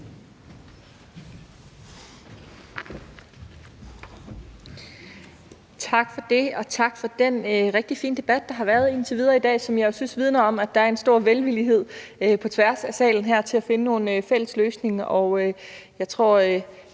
Tak for det, og tak for den rigtig fine debat, der har været indtil videre i dag, som jeg jo synes vidner om, at der er stor velvillighed på tværs af salen her til at finde nogle fælles løsninger,